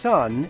Sun